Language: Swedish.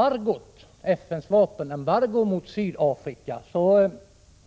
Apropå FN:s vapenembargo mot Sydafrika